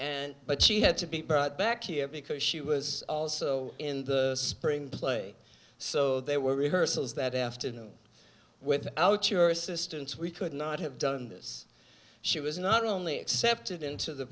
and but she had to be brought back here because she was also in the spring play so there were rehearsals that afternoon without your assistance we could not have done this she was not only accepted into the